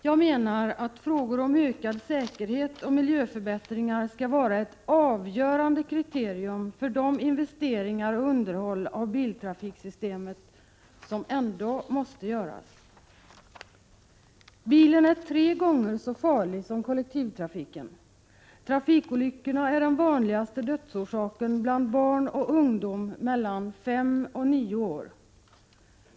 Jag menar att frågan om ökad säkerhet och miljöförbättringar skall vara ett avgörande kriterium för de investeringar och underhåll av biltrafiksystemet som ändå måste göras. Bilen är tre gånger så farlig som kollektivtrafiken. Trafikolyckorna är den vanligaste dödsorsaken bland barn och ungdom mellan fem och nio år.